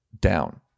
down